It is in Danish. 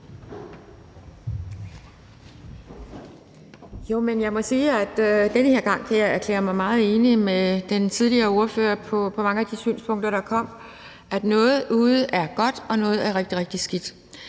(DF): Jeg må sige, at den her gang kan jeg erklære mig meget enig med den tidligere ordfører i mange af de synspunkter, der kom. Noget derude er godt, og noget er rigtig, rigtig skidt.